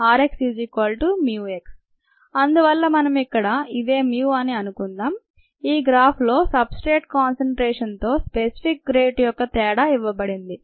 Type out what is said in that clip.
rxμx అందువల్ల మనం ఇక్కడ ఇదే mu అని అనుకుందాం ఈ గ్రాఫ్ లో సబ్ స్ట్రేట్ కాన్సన్ట్రేషన్ తో స్పెసిఫిక్ గ్రోత్ రేటు యొక్క తేడా ఇవ్వబడింది